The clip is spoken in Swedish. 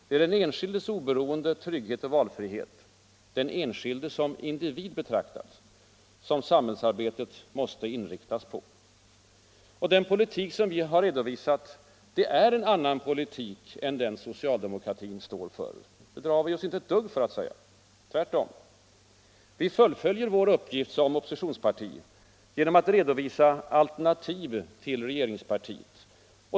Det är den enskildes oberoende, trygghet och valfrihet — den enskilde som individ betraktad — som samhällsarbetet måste inriktas på. Den politik vi redovisat är en annan politik än den socialdemokratin står för. Det drar vi oss inte ett dugg för att säga. Tvärtom. Vi fullföljer vår uppgift som oppositionsparti genom att redovisa alternativ till regeringspartiet.